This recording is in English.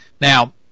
Now